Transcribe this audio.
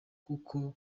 kuko